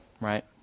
right